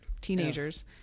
teenagers